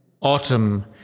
Autumn